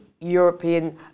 European